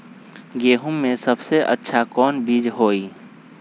गेंहू के सबसे अच्छा कौन बीज होई?